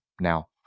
now